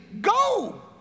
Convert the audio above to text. Go